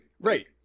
Right